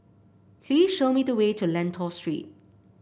please show me the way to Lentor Street